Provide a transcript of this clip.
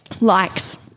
likes